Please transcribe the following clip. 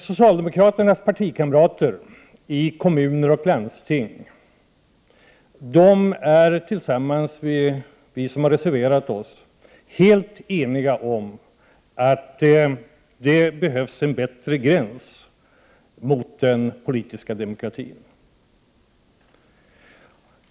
Socialdemokraternas partikamrater i kommuner och landsting är tillsammans med oss reservanter helt eniga om att det behövs en bättre gräns mot den politiska demokratin.